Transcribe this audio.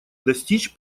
достичь